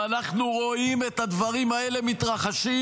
ואנחנו רואים את הדברים האלה מתרחשים,